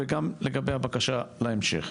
וגם לגבי הבקשה להמשך.